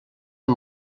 amb